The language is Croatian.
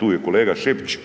tu kolega Šipić